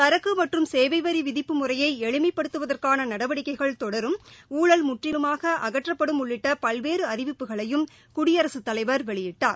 சரக்கு மற்றும் சேவை வரி விதிப்பு முறையை எளிமை படுத்துவதற்கான நடவடிக்கை தொடரும் ஊழல் முற்றிலுமாக அகற்றப்படும் உள்ளிட்ட பல்வேறு அறிவிப்புகளையும் குடியரசுத் தலைவர் வெளியிட்டார்